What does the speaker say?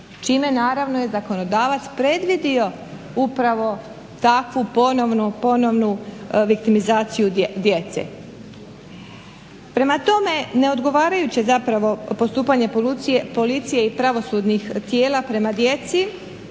čime naravno je zakonodavac predvidio upravo takvu ponovnu viktimizaciju djece. Prema tome, neodgovarajuće zapravo postupanje policije i pravosudnih tijela prema djeci